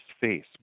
face